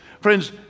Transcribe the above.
Friends